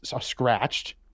scratched